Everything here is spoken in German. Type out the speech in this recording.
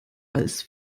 als